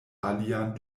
alian